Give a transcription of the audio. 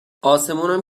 اسمونم